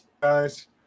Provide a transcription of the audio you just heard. guys